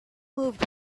moved